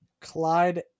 Clyde